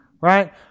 right